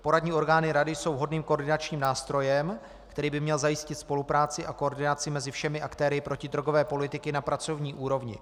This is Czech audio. Poradní orgány rady jsou vhodným koordinačním nástrojem, který by měl zajistit spolupráci a koordinaci mezi všemi aktéry protidrogové politiky na pracovní úrovni.